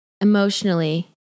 emotionally